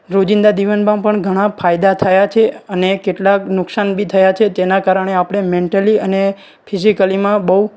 રોજિંદા જીવનમાં પણ ઘણા ફાયદા થયા છે અને કેટલાક નુકસાન બી થયા છે તેના કારણે આપણે મેન્ટલી અને ફિઝિકલીમાં બહુ